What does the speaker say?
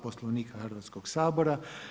Poslovnika Hrvatskog sabora.